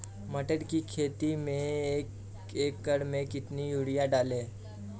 मटर की खेती में एक एकड़ में कितनी यूरिया डालें?